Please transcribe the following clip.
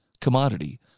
commodity